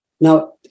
Now